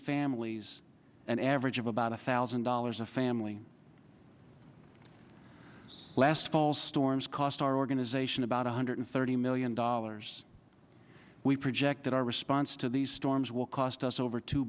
families an average of about one thousand dollars a family last fall storms cost our organization about one hundred thirty million dollars we projected our response to these storms will cost us over two